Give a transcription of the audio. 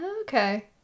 Okay